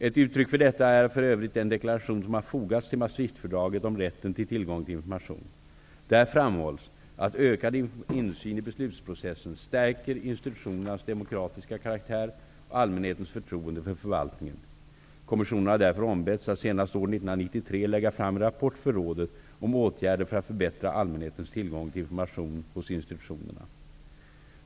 Ett uttryck för detta är för övrigt den deklaration som har fogats till Maastrichtfördraget om rätten till tillgång till information. Där framhålls att ökad insyn i beslutsprocessen stärker institutionernas demokratiska karaktär och allmänhetens förtroende för förvaltningen. Kommissionen har därför ombetts att senast år 1993 lägga fram en rapport för rådet om åtgärder för att förbättra allmänhetens tillgång till information hos institutionerna.